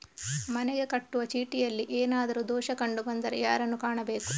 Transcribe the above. ಮನೆಗೆ ಕಟ್ಟುವ ಚೀಟಿಯಲ್ಲಿ ಏನಾದ್ರು ದೋಷ ಕಂಡು ಬಂದರೆ ಯಾರನ್ನು ಕಾಣಬೇಕು?